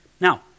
Now